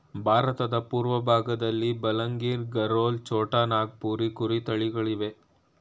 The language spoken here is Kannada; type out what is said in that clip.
ಭಾರತದ ಪೂರ್ವಭಾಗದಲ್ಲಿ ಬಲಂಗಿರ್, ಗರೋಲ್, ಛೋಟಾ ನಾಗಪುರಿ ಕುರಿ ತಳಿಗಳಿವೆ